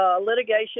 litigation